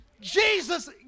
Jesus